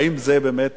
האם זו באמת